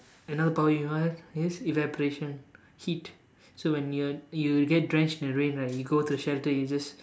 another power you have is evaporation heat so when when you get drenched in the rain right you go to shelter you just